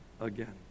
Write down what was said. again